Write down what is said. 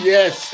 Yes